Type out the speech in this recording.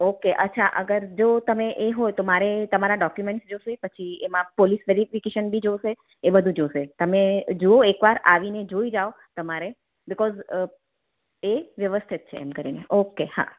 okay અચ્છા અગર જો તમે એ હોય તો મારે તમારા ડોક્યુમેન્ટ્સ જોશે પછી એમાં પોલીસ વેરિફિકેશન બી જોશે એ બધું જોશે તમે જોવો એક વાર આવીને જોઈ જાઓ તમારે બિકોઝ એ વ્યવસ્થિત છે એમ કરીને ઓકે હા